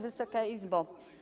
Wysoka Izbo!